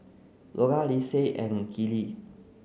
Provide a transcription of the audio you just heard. Golda Linsey and Kellie